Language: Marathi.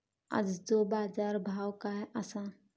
आजचो बाजार भाव काय आसा?